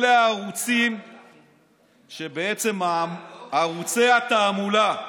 אלה הערוצים שבעצם ערוצי התעמולה.